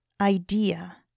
idea